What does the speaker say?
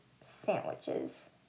sandwiches